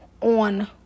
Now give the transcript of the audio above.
on